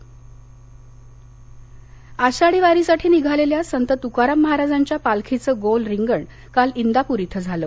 पालखी आषाढी वारीसाठी निघालेल्या संत तुकाराम महाराजांच्या पालखीचं गोल रिंगण काल इंदापूर इथं झालं